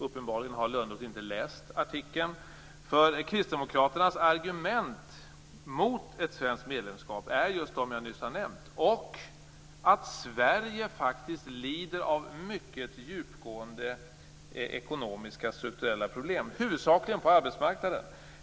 Uppenbarligen har Lönnroth inte läst artikeln. Kristdemokraternas argument mot ett svenskt medlemskap är nämligen just dem jag nyss har nämnt, och att Sverige lider av mycket djupgående ekonomiska strukturella problem huvudsakligen på arbetsmarknaden.